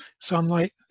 Sunlight